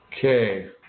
Okay